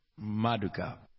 Maduka